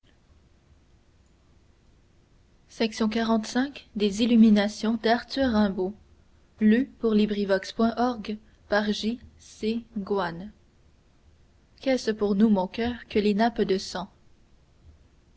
un effet de légende qu'est-ce pour nous mon coeur que les nappes de sang